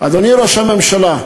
אדוני ראש הממשלה,